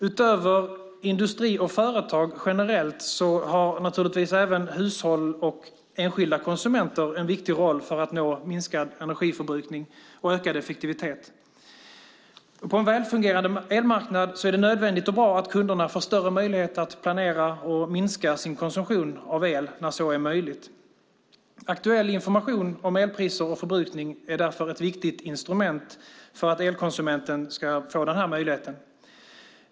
Utöver industri och företag generellt har naturligtvis även hushåll och enskilda konsumenter en viktig roll för att nå minskad energiförbrukning och ökad effektivitet. På en väl fungerande elmarknad är det nödvändigt och bra att kunderna får större möjlighet att planera och minska sin konsumtion av el när så är möjligt. Aktuell information om elpriser och förbrukning är därför ett viktigt instrument för att elkonsumenten ska få den här möjligheten.